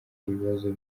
ibibazo